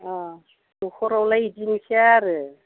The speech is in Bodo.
अह नखरावलाय बिदिनोसै आरो